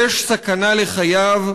יש סכנה לחייו.